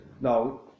now